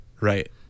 Right